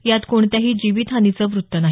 यात कोणत्याही जीवितहानीचं वृत्त नाही